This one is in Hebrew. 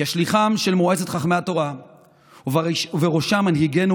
כשליחה של מועצת חכמי התורה ובראשם מנהיגנו